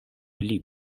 pli